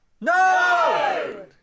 No